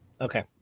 Okay